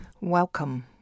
Welcome